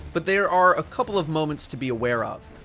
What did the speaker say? but there are a couple of moments to be aware of.